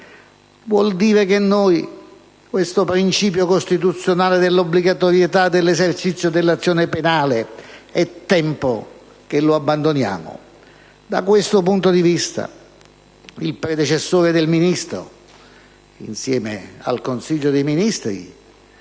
vuol dire che noi questo principio costituzionale dell'obbligatorietà dell'esercizio dell'azione penale è tempo che lo abbandoniamo. Da questo punto di vista il predecessore del Ministro, insieme al Governo,